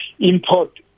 Import